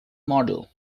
model